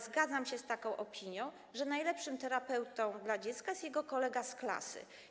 Zgadzam się jednak z taką opinią, że najlepszym terapeutą dla dziecka jest jego kolega z klasy.